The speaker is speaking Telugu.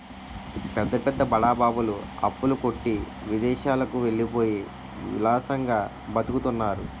పెద్ద పెద్ద బడా బాబులు అప్పుల కొట్టి విదేశాలకు వెళ్ళిపోయి విలాసంగా బతుకుతున్నారు